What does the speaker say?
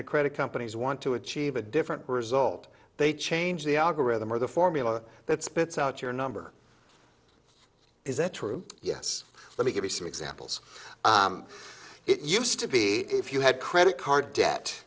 the credit companies want to achieve a different result they change the algorithm or the formula that spits out your number is that true yes let me give you some examples it used to be if you had credit card debt